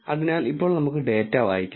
അതിനാൽ ഇപ്പോൾ നമുക്ക് ഡാറ്റ വായിക്കാം